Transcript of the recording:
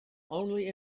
only